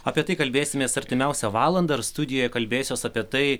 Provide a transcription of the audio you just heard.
apie tai kalbėsimės artimiausią valandą ir studijoje kalbėsiuos apie tai